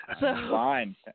Fine